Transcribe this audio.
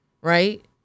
right